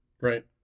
Right